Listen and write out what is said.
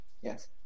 Yes